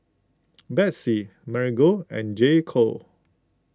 Betsy Marigold and J Co